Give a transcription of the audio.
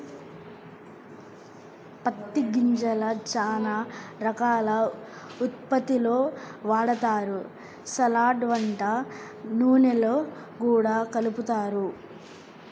పత్తి గింజల్ని చానా రకాల ఉత్పత్తుల్లో వాడతారు, సలాడ్, వంట నూనెల్లో గూడా కలుపుతారు